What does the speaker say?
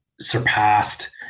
surpassed